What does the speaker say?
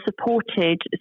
supported